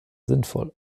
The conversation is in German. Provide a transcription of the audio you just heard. sinnvoll